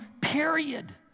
period